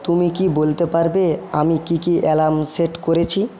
তুমি কি বলতে পারবে আমি কী কী অ্যালার্ম সেট করেছি